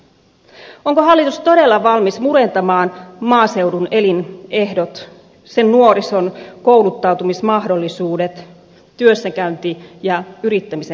onko hallitus todella valmis murentamaan maaseudun elinehdot sen nuorison kouluttautumismahdollisuudet työssäkäynti ja yrittämisen mahdollisuudet